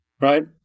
right